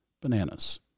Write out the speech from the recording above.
Bananas